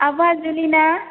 आब' आजोलि ना